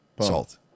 Salt